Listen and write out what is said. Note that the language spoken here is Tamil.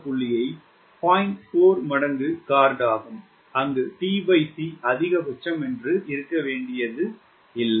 4 மடங்கு கார்ட் ஆகும் அங்கு tc அதிகபட்சம் என்று இருக்கவேண்டியது இல்ல